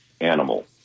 animal